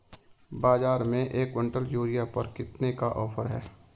बाज़ार में एक किवंटल यूरिया पर कितने का ऑफ़र है?